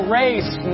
race